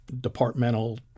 departmental